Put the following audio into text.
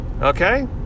Okay